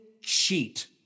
cheat